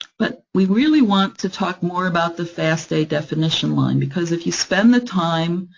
but we really want to talk more about the fasta definition line, because if you spend the time,